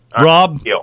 Rob